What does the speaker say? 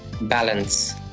balance